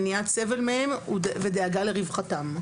מניעת סבל מהם ודאגה לרווחתם.